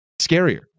Scarier